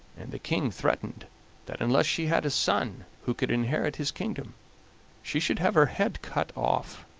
and the king threatened that unless she had a son who could inherit his kingdom she should have her head cut off.